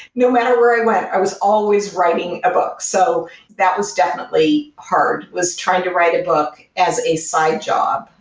no matter where i went, i was always writing a book. so that was definitely hard, was trying to write a book as a side job.